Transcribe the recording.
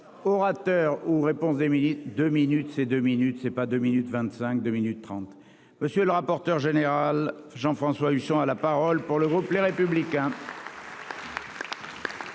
Orateur ou réponse des deux minutes c'est deux minutes c'est pas deux minutes 25 2 minutes 30. Monsieur le rapporteur général Jean-François Husson à la parole pour le groupe. Les républicains.